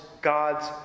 God's